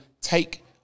take